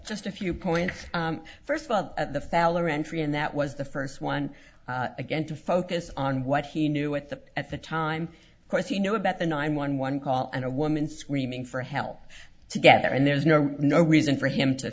just a few points first of all at the fowler entry and that was the first one again to focus on what he knew at the at the time of course he knew about the nine one one call and a woman screaming for help to get there and there's no no reason for him to